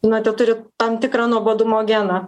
na teturi tam tikrą nuobodumo geną